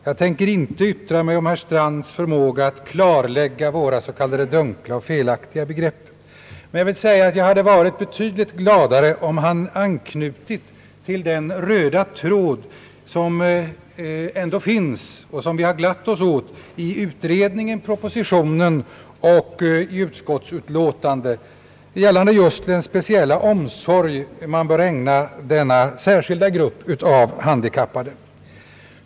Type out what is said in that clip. Jag tänker inte yttra mig om herr Strands förmåga att klargöra våra s.k. dunkla och felaktiga begrepp men vill säga att jag hade varit betydligt gladare om han anknutit till den röda tråd som ändå finns och som vi har glatt oss åt i utredningen, i propositionen och i utskottsutlåtandet rörande just den speciella omsorg man bör ägna denna särskilda grupp av handikappade.